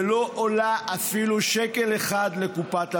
ולא עולה אפילו שקל אחד לקופת המדינה.